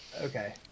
Okay